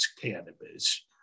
cannabis